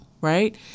right